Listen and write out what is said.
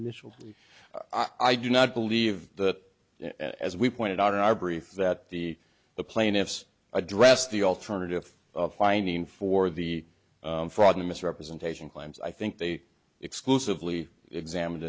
initial i do not believe that as we pointed out in our brief that the plaintiffs addressed the alternative of finding for the fraud a misrepresentation claims i think they exclusively examined